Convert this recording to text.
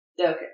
Okay